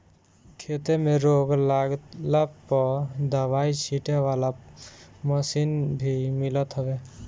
खेते में रोग लागला पअ दवाई छीटे वाला मशीन भी मिलत हवे